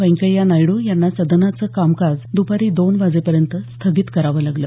व्यंकय्या नायडू यांनी सदनाचं कामकाज दपारी दोन वाजेपर्यंत स्थगित करावं लागलं